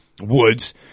Woods